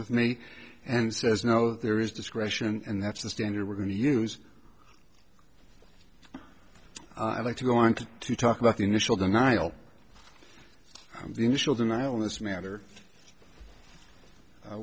with me and says no there is discretion and that's the standard we're going to use i like to go on to talk about the initial denial the initial denial in this matter